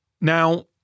Now